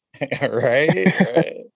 right